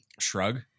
shrug